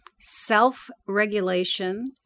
self-regulation